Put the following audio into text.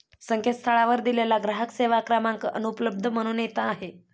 संकेतस्थळावर दिलेला ग्राहक सेवा क्रमांक अनुपलब्ध म्हणून येत आहे